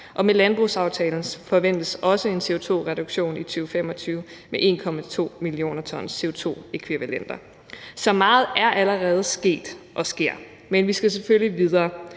og med landbrugsaftalen forventes også en CO2-reduktion i 2025 med 1,2 mio. t CO2-ækvivalenter. Så meget er allerede sket og sker. Men vi skal selvfølgelig videre,